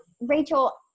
Rachel